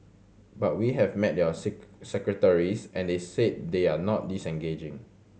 but we have met your seek secretaries and they said they are not disengaging